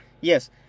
Yes